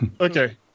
okay